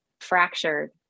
fractured